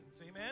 Amen